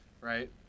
Right